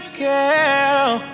girl